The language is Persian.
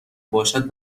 باشد